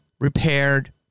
repaired